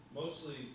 mostly